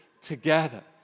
together